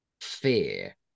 fear